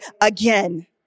again